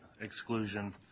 exclusion